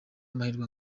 amahirwe